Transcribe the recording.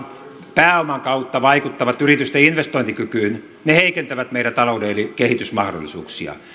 pääoman kautta vaikuttavat yritysten investointikykyyn heikentävät meidän talouden kehitysmahdollisuuksia